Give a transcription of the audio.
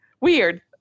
weird